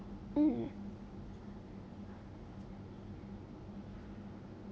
mm